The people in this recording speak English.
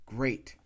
Great